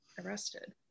arrested